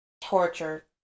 torture